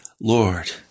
Lord